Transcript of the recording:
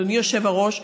אדוני היושב-ראש,